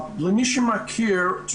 למי שמכיר,